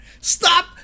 Stop